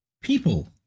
people